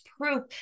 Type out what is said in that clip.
proof